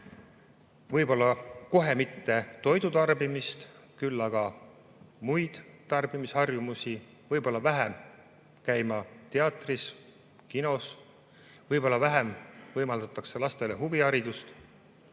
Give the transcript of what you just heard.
võib-olla kohe mitte toidu tarbimist, küll aga muid tarbimisharjumusi. Võib-olla vähem hakatakse käima teatris-kinos, võib-olla vähem võimaldatakse lastele huviharidust,